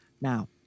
Now